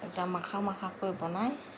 এটা মাখা মাখাকৈ বনায়